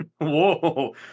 Whoa